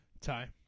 ty